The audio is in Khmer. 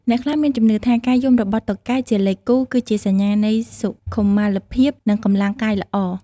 អ្នកខ្លះមានជំនឿថា ការយំរបស់តុកែជាលេខគូ គឺជាសញ្ញានៃសុខុមាលភាព និងកម្លាំងកាយល្អ។